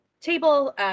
table